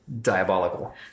diabolical